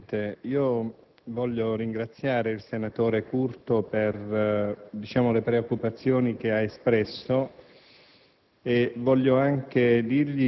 Signor Presidente, voglio ringraziare il senatore Curto per le preoccupazioni che ha espresso